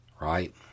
right